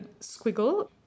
squiggle